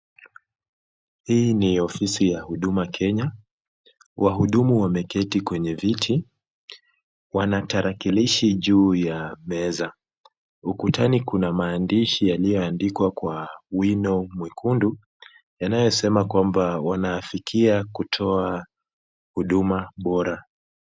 Hii ni ofisi ya Huduma Kenya. Wahudumu wameketi kwenye viti, wana tarakilishi juu ya meza. Ukutani kuna maandishi yaliyoandikwa kwa wino mwekundu, yanayosema kwamba wanaafikia kutoa huduma bora.